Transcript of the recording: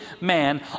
man